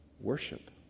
Worship